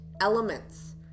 elements